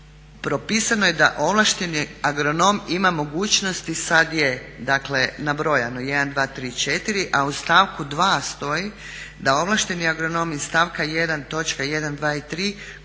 25.propisano je da ovlašteni agronom ima mogućnosti, sada je nabrojano 1,2,3,4, a u stavku 2. stoji da ovlašteni agronom iz stavka 1.točka